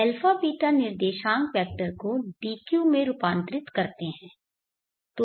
अब αβ निर्देशांक वेक्टर को dq में रूपांतरित करते हैं